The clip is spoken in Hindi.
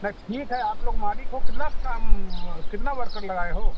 नहीं ठीक है आप लोग मालिक हो कितना काम कितने वर्कर लगाए हो